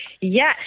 Yes